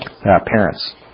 Parents